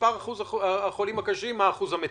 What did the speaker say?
ממספר החולים הקשים, מה אחוז המתים?